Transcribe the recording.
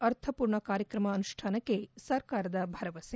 ಅರ್ಥಪೂರ್ಣ ಕಾರ್ಯಕ್ರಮ ಅನುಷ್ಠಾನಕ್ಕೆ ಸರ್ಕಾರದ ಭರವಸೆ